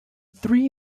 three